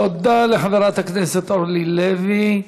תודה לחברת הכנסת אורלי לוי.